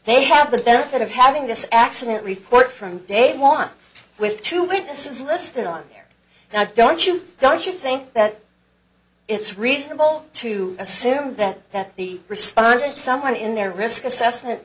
they have the benefit of having this accident report from day one with two witnesses listed on there and i don't you don't you think that it's reasonable to assume that that the response of someone in their risk assessment